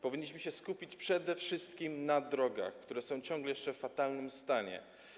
Powinniśmy się skupić przede wszystkim na drogach, które ciągle jeszcze są w fatalnym stanie.